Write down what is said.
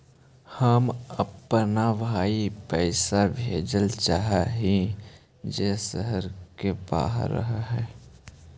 हम अपन भाई पैसा भेजल चाह हीं जे शहर के बाहर रह हे